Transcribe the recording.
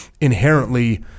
inherently